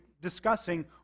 discussing